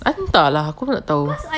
I entah lah aku mana tahu